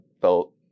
felt